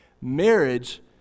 Marriage